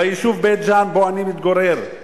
ביישוב בית-ג'ן, שבו אני מתגורר,